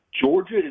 Georgia